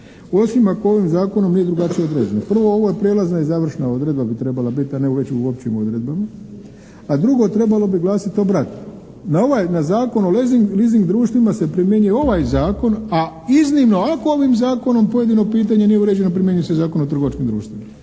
osim ako ovim zakonom nije drugačije određeno. Prvo ovo je prijelazna i završna odredba bi trebala bit a ne već u općim odredbama, a drugo trebalo bi glasiti obratno. Na ovaj Zakon o leasing društvima se primjenjuje ovaj zakon a iznimno ako ovim zakonom pojedino pitanje nije uređeno primjenjuje se Zakon o trgovačkim društvima,